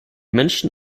menschen